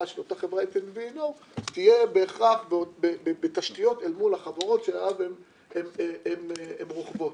של אותה חברת NVNO יהיה בהכרח בתשתיות אל מול החברות שעליהן הן רוכבות.